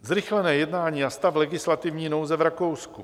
Zrychlené jednání a stav legislativní nouze v Rakousku.